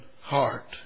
heart